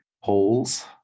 holes